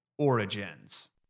origins